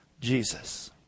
Jesus